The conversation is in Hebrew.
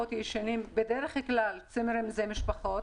בדרך כלל צימרים זה למשפחות